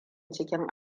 cikin